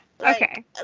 okay